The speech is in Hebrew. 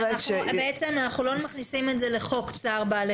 בעצם אנחנו לא מכניסים את זה לחוק צער בעלי